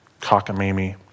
cockamamie